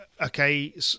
Okay